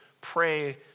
pray